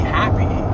happy